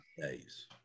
days